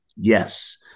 Yes